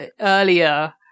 earlier